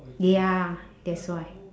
ya that's why